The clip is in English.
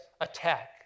attack